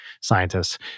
scientists